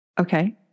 Okay